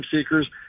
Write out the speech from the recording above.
seekers